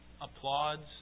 applauds